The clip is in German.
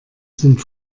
sind